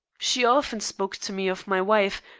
she often spoke to me of my wife,